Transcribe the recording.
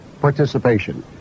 participation